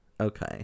Okay